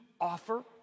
offer